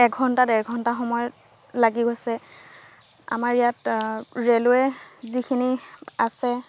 এঘণ্টা ডেৰ ঘণ্টা সময় লাগি গৈছে আমাৰ ইয়াত ৰেলৱে' যিখিনি আছে